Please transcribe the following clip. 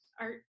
art